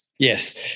Yes